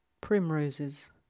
Primroses